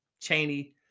cheney